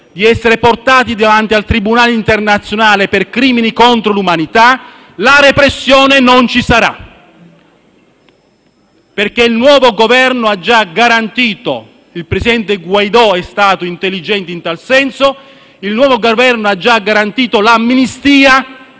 di essere portati davanti al tribunale internazionale per crimini contro l'umanità, la repressione non ci sarà. Il nuovo Governo ha già garantito (il presidente Guaidó è stato intelligente in tal senso) l'amnistia